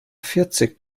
vierzig